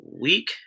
week